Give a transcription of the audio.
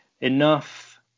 Enough